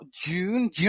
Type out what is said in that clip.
June